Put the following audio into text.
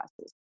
classes